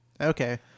okay